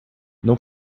não